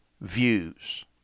views